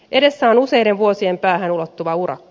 edessä on useiden vuosien päähän ulottuva urakka